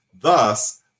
Thus